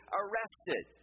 arrested